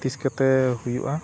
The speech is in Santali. ᱛᱤᱸᱥ ᱠᱚᱛᱮ ᱦᱩᱭᱩᱜᱼᱟ